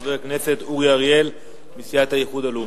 חבר הכנסת אורי אריאל מסיעת האיחוד הלאומי,